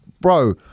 bro